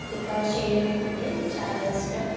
షికారు చేయడం అంటే చాలా ఇష్టం